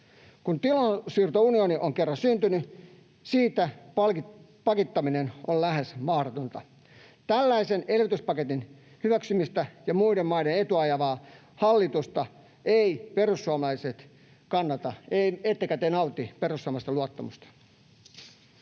Kun tulonsiirtounioni on kerran syntynyt, siitä pakittaminen on lähes mahdotonta. Tällaisen elvytyspaketin hyväksymistä ja muiden maiden etua ajavaa hallitusta eivät perussuomalaiset kannata, ettekä te nauti perustussuomalaisten luottamusta.